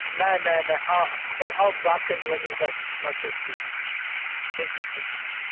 नहि नहि नहि आउ पहिले आउ बात करै छी मन्दिरपर रखै छी ठीक छै ठीक छै